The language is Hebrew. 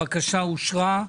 הצבעה הבקשה אושרה.